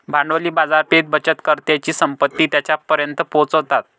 भांडवली बाजार बचतकर्त्यांची संपत्ती त्यांच्यापर्यंत पोहोचवतात